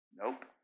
Nope